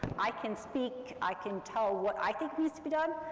i can speak, i can tell what i think needs to be done,